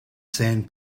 sand